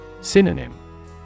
Synonym